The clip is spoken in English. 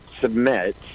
submit